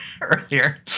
earlier